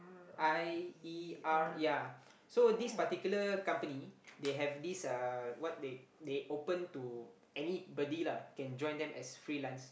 I E R yea so this particular company they have this uh what they they open to anybody lah can join them as freelance